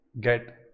get